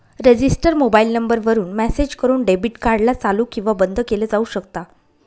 register mobile number वरून message करून debit card ला चालू किंवा बंद केलं जाऊ शकता